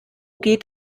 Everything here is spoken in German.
geht